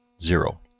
Zero